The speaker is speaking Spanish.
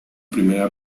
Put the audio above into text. primera